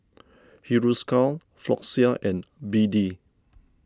Hiruscar Floxia and B D